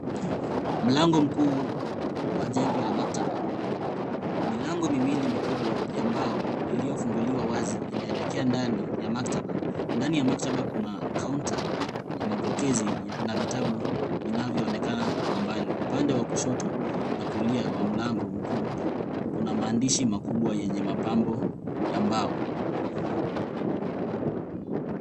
Mlango mkuu wa jengo la maktaba. Milango miwili mikubwa ya mbao iliyofunguliwa wazi inaelekea ndani ya maktaba. Ndani ya maktaba kuna kaunta ya mapokezi na vitabu vinavyoonekana kwa mbali. Upande wa kushoto na kulia wa mlango mkuu kuna maandishi makubwa yenye mapambo ya mbao.